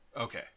Okay